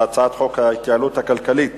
הצעת חוק ההתייעלות הכלכלית